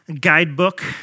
guidebook